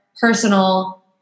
personal